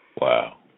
Wow